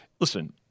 Listen